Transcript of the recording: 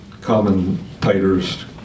commentators